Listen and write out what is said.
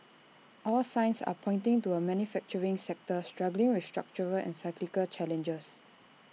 all signs are pointing to A manufacturing sector struggling with structural and cyclical challenges